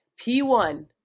P1